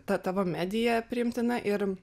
ta tavo medija priimtina ir